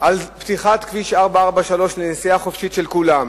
על פתיחת כביש 443 לנסיעה חופשית של כולם,